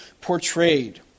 portrayed